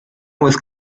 with